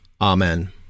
Amen